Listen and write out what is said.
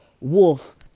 wolf